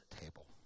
table